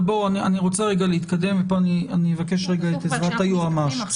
אבל אני רוצה להתקדם ואני אבקש רגע את עזרת היועץ המשפטי.